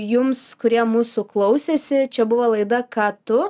jums kurie mūsų klausėsi čia buvo laida ką tu